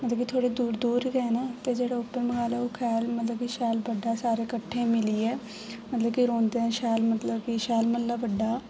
जेह्के थोह्ड़े दूर दूर गै न ते जेह्ड़े उद्धर मतलब खैर मतलब की शैल बड्डा सारे कट्ठे मिलियै मतलब की रौहंदे न शैल मतलब की शैल म्ह्ल्ला बड्डा